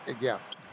Yes